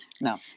No